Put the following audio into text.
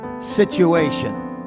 situation